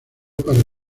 para